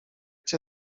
cię